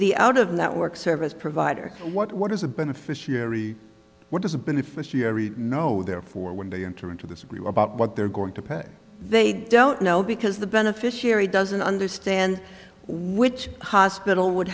the out of network service provider what what is a beneficiary what does a beneficiary know therefore when they enter into this we were about what they're going to pay they don't know because the beneficiary doesn't understand which hospital would